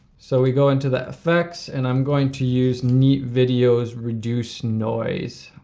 so we go into the effects, and i'm going to use neat video's reduce noise.